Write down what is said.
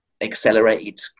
accelerated